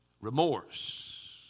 remorse